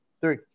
three